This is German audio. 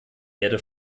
erde